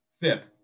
FIP